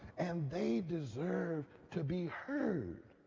and they deserve to be heard.